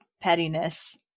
pettiness